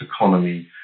economy